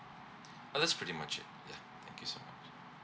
oh that's pretty much it yeah thank you so much